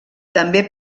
també